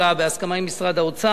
בהסכמה עם משרד האוצר,